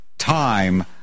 time